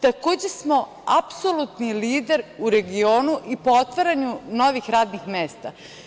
Takođe smo apsolutni lider u regionu i po otvaranju novih radnih mesta.